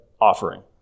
offering